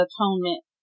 atonement